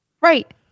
right